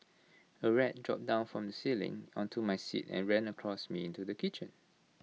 A rat dropped down from ceiling onto my seat and ran across me to the kitchen